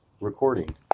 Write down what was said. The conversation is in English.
recording